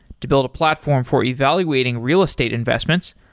to build a platform for evaluating real estate investments,